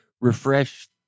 refresh